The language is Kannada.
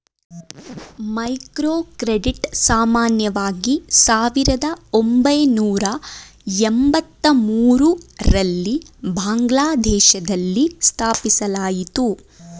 ಮೈಕ್ರೋಕ್ರೆಡಿಟ್ ಸಾಮಾನ್ಯವಾಗಿ ಸಾವಿರದ ಒಂಬೈನೂರ ಎಂಬತ್ತಮೂರು ರಲ್ಲಿ ಬಾಂಗ್ಲಾದೇಶದಲ್ಲಿ ಸ್ಥಾಪಿಸಲಾಯಿತು